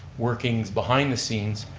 workings behind the scenes,